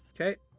Okay